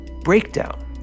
breakdown